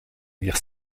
guerre